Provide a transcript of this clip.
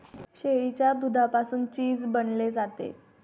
शेळीच्या दुधापासून चीज बनवले जाते